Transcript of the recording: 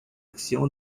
actions